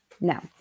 No